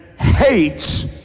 hates